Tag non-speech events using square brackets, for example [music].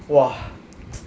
!wah! [noise]